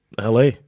la